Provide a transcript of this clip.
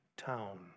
town